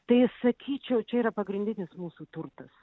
tai sakyčiau čia yra pagrindinis mūsų turtas